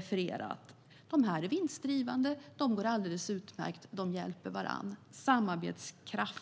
företag är vinstdrivande och går alldeles utmärkt, och de hjälper varandra. Det är samarbetskraft.